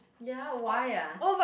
ya why ah